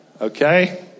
Okay